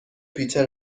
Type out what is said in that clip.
پیتر